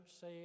say